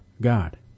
God